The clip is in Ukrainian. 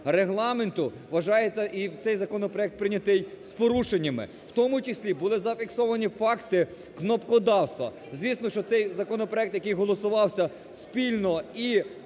Регламенту і вважається, що цей законопроект прийнятий з порушеннями. В тому числі були зафіксовані факти кнопкодавства, звісно, що цей законопроект, який голосувався спільно і